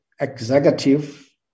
executive